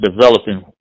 developing